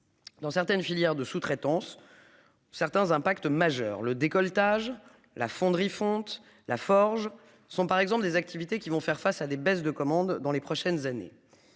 Dans certaines filières de sous-traitance. Certains impacts majeurs le décolletage la fonderie fonte la forge. Sont par exemple des activités qui vont faire face à des baisses de commandes dans les prochaines années.